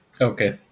Okay